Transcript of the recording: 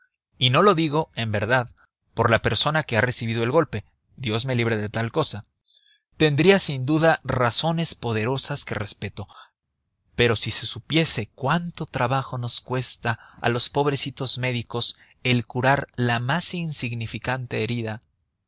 y no lo digo en verdad por la persona que ha recibido el golpe dios me libre de tal cosa tendría sin duda razones poderosas que respeto pero si se supiese cuánto trabajo nos cuesta a los pobrecitos médicos el curar la más insignificante herida